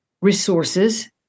resources